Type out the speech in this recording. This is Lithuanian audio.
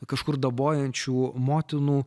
kažkur dabojančių motinų